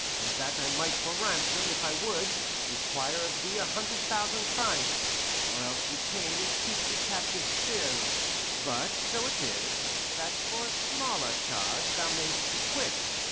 and that i might for ransom, if i would, require of thee a hundred thousand francs, or else retain and keep thee captive still but so it is, that for a smaller charge thou maist be quit,